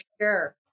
sure